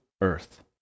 earth